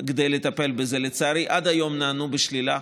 כדי לטפל בזה, לצערי עד היום נענו בשלילה.